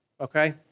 okay